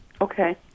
Okay